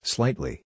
Slightly